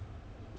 no